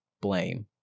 blame